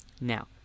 Now